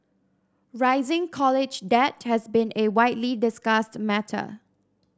rising college debt has been a widely discussed matter